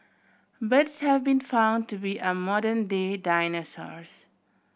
birds have been found to be our modern day dinosaurs